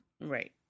Right